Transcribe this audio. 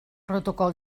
protocol